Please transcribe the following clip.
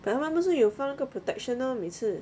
不是有放那个 protection lor 每次